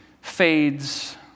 fades